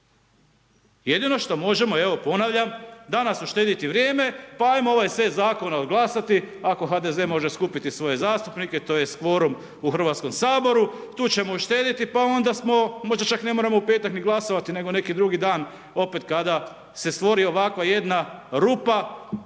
Jedino što možemo evo ponavljam, danas uštediti vrijeme pa ajmo ovaj set zakona odglasati ako HDZ može skupiti svoje zastupnike tj. kvorum u Hrvatskom saboru, tu ćemo uštediti pa onda smo možda čak ne moramo u petak ni glasovati nego neki drugi dan opet kada se stvori ovakva jedna rupa